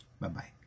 Bye-bye